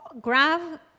grab